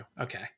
Okay